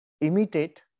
imitate